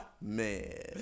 Man